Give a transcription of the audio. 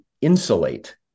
insulate